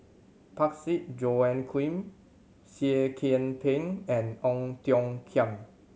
Parsick Joaquim Seah Kian Peng and Ong Tiong Khiam